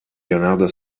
leonardo